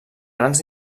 grans